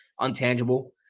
untangible